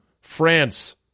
France